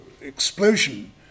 explosion